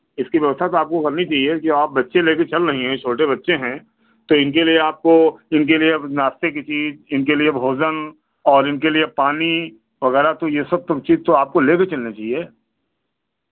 इसकी व्यवस्था तो आपको करनी चाहिए जो आप बच्चे ले के चल रही हैं छोटे बच्चे हैं तो इनके लिए आपको इनके लिए अब नाश्ते कि चीज़ इनके लिए भोजन और इनके लिए पानी वगैरह तो ये सब तो चीज़ तो आपको ले के चलनी चाहिए